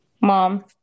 mom